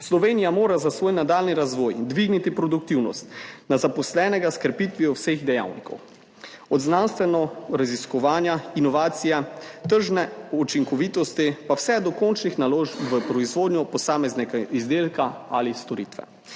Slovenija mora za svoj nadaljnji razvoj dvigniti produktivnost zaposlenega s krepitvijo vseh dejavnikov, od znanstvenega raziskovanja, inovacij, tržne učinkovitosti pa vse do končnih naložb v proizvodnjo posameznega izdelka ali storitve.